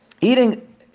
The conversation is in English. eating